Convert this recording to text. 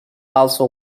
also